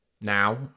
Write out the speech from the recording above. now